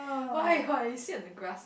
why why you sit on the grass